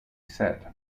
set